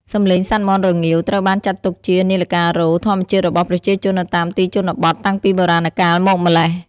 សំឡេងសត្វមាន់រងាវ ត្រូវបានចាត់ទុកជា នាឡិការោទ៍ ធម្មជាតិរបស់ប្រជាជននៅតាមទីជនបទតាំងពីបុរាណកាលមកម្ល៉េះ។